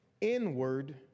inward